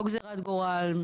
לא גזרת גורל,